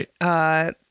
Right